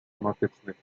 somatycznych